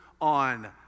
on